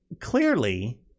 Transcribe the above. clearly